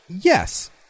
Yes